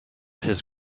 his